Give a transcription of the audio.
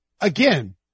again